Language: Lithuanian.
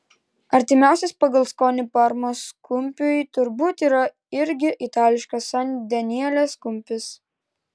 artimiausias pagal skonį parmos kumpiui turbūt yra irgi itališkas san danielės kumpis